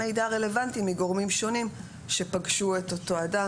מידע רלוונטי מגורמים שונים שפגשו את אותו אדם,